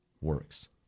works